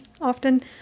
often